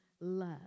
love